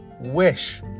wish